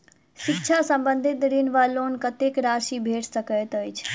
शिक्षा संबंधित ऋण वा लोन कत्तेक राशि भेट सकैत अछि?